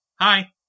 hi